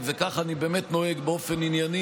וככה אני באמת נוהג באופן ענייני,